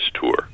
tour